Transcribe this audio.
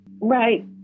Right